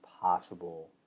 possible